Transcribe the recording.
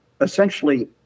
essentially